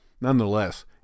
nonetheless